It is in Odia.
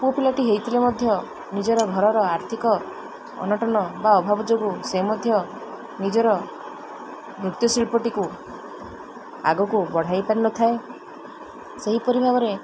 ପୁଅ ପିଲାଟି ହେଇଥିଲେ ମଧ୍ୟ ନିଜର ଘରର ଆର୍ଥିକ ଅନଟନ ବା ଅଭାବ ଯୋଗୁଁ ସେ ମଧ୍ୟ ନିଜର ନୃତ୍ୟଶିଳ୍ପଟିକୁ ଆଗକୁ ବଢ଼ାଇ ପାରିନଥାଏ ସେହିପରି ଭାବରେ